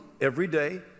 everyday